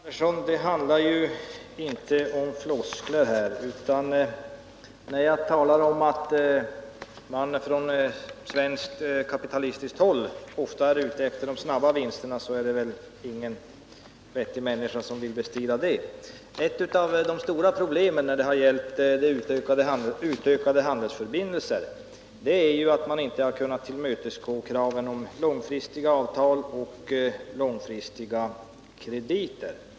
Herr talman! Det handlar inte om floskler. När jag talar om att man från svenskt kapitalistiskt håll ofta är ute efter snabba vinster är det väl ingen vettig människa som vill bestrida det. Ett av de stora problemen när det har gällt att utöka handelsförbindelserna med öststaterna har varit att man inte kunnat tillmötesgå kraven på långfristiga avtal och långfristiga krediter.